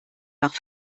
nach